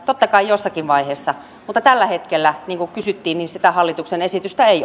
totta kai jossakin vaiheessa mutta tällä hetkellä siitä mistä kysyttiin hallituksen esitystä ei